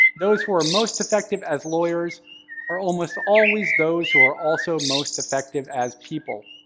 those who are most effective as lawyers are almost always those who are also most effective as people.